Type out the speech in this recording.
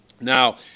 Now